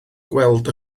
gweld